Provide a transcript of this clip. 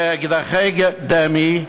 באקדחי דמה,